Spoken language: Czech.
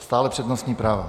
Stále přednostní práva.